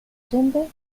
tumbes